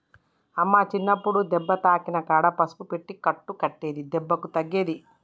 అమ్మ చిన్నప్పుడు దెబ్బ తాకిన కాడ పసుపు పెట్టి కట్టు కట్టేది దెబ్బకు తగ్గేది